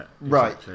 right